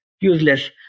useless